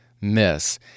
miss